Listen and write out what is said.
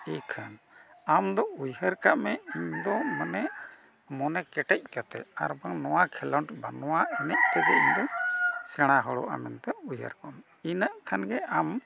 ᱮᱱᱠᱷᱟᱱ ᱟᱢ ᱫᱚ ᱩᱭᱦᱟᱹᱨ ᱠᱟᱜ ᱢᱮ ᱤᱧᱫᱚ ᱢᱟᱱᱮ ᱢᱚᱱᱮ ᱠᱮᱴᱮᱡ ᱠᱟᱛᱮᱫ ᱟᱨᱵᱟᱝ ᱱᱚᱣᱟ ᱠᱷᱮᱞᱚᱸᱰ ᱵᱟᱝ ᱱᱚᱣᱟ ᱮᱱᱮᱡ ᱛᱮᱜᱮ ᱤᱧᱫᱚ ᱥᱮᱬᱟ ᱦᱚᱲᱚᱜᱼᱟ ᱢᱮᱱᱛᱮ ᱩᱭᱦᱟᱹᱨ ᱠᱚᱜᱢᱮ ᱤᱱᱟᱹᱜ ᱠᱷᱟᱱ ᱜᱮ ᱟᱢ